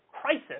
crisis